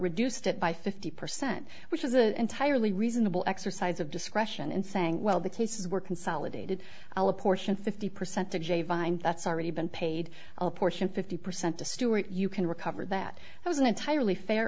reduced it by fifty percent which is an entirely reasonable exercise of discretion in saying well the cases were consolidated portion fifty percent of j vine that's already been paid a portion fifty percent to stewart you can recover that was an entirely fair